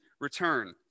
return